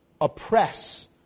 oppress